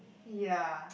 ya